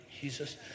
Jesus